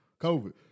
COVID